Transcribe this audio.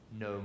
no